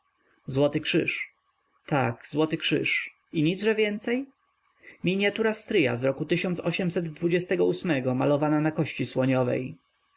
złoty krzyż tak złoty krzyż i nic że więcej miniatura stryja z roku r malowana na kości słoniowej